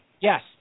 Yes